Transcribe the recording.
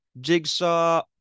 Jigsaw